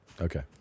Okay